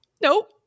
Nope